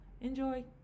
Enjoy